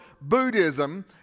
Buddhism